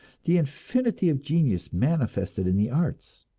the infinity of genius manifested in the arts?